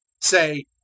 say